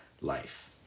life